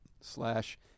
slash